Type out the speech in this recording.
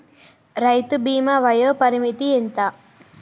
రైతు బీమా వయోపరిమితి ఎంత?